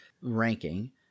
ranking